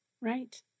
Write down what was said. Right